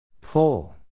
Pull